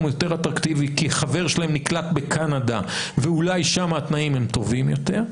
יותר אטרקטיבי כי חבר שלהם נקלט בקנדה ואולי שם התנאים הם טובים יותר,